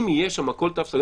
אם יהיה שם הכול תו סגול,